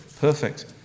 perfect